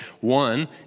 One